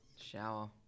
Shower